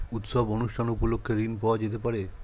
উৎসব অনুষ্ঠান উপলক্ষে ঋণ পাওয়া যেতে পারে?